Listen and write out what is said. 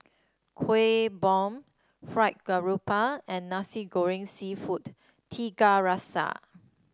Kueh Bom Fried Grouper and Nasi Goreng seafood Tiga Rasa